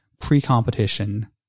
pre-competition